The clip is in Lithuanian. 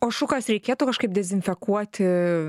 o šukas reikėtų kažkaip dezinfekuoti